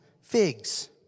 figs